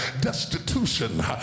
destitution